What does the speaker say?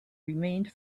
remained